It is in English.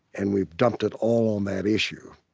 and we've dumped it all on that issue.